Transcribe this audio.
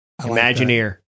Imagineer